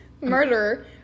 murderer